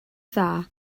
dda